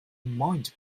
mind